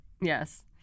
Yes